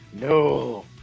No